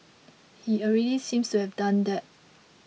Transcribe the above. he already seems to have done that